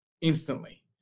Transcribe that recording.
instantly